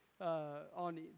on